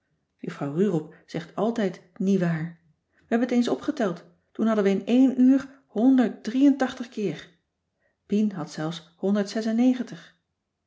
juffrouw rurop zegt altijd niewaar we hebben t eens opgeteld toen hadden we in één uur honderd drie en tachtig keer pien had zelfs